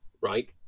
Right